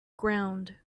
ground